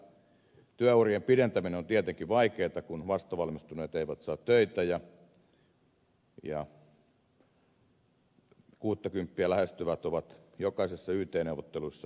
nyt laman hetkellä työurien pidentäminen on tietenkin vaikeata kun vastavalmistuneet eivät saa töitä ja kuuttakymppiä lähestyvät ovat jokaisessa yt neuvottelussa liipasimella